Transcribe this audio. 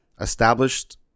established